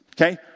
Okay